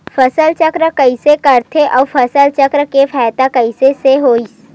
फसल चक्र कइसे करथे उ फसल चक्र के फ़ायदा कइसे से होही?